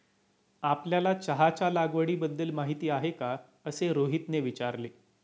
आपल्याला चहाच्या लागवडीबद्दल माहीती आहे का असे रोहितने विचारले?